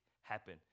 happen